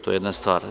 To je jedna stvar.